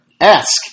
ask